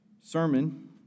sermon